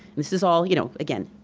this is all you know again,